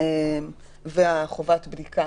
וחובת הבדיקה